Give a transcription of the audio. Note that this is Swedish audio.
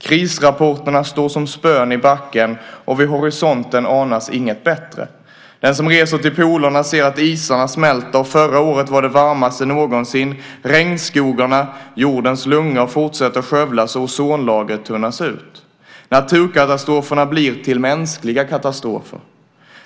Krisrapporterna står som spön i backen, och vid horisonten anas inget bättre. Den som reser till polerna ser att isarna smälter. Förra året var det varmaste någonsin. Regnskogarna, jordens lungor, fortsätter att skövlas. Ozonlagret tunnas ut. Naturkatastroferna blir till mänskliga katastrofer.